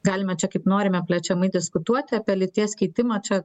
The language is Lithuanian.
galime čia kaip norime plečiamai diskutuoti apie lyties keitimą čia